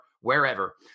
wherever